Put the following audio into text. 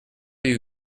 you